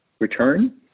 return